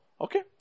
Okay